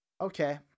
okay